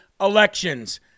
elections